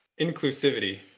inclusivity